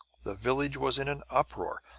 the village was in an uproar.